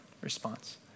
response